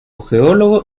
geólogo